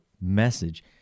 message